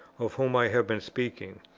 of whom i have been speaking,